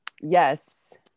Yes